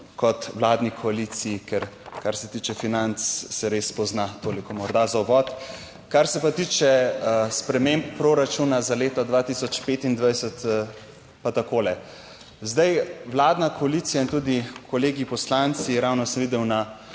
kot vladni koaliciji, ker kar se tiče financ, se res pozna. Toliko morda za uvod. Kar se pa tiče sprememb proračuna za leto 2025 pa takole. Zdaj, vladna koalicija in tudi kolegi poslanci, ravno sem videl na